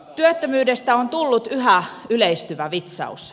työttömyydestä on tullut yhä yleistyvä vitsaus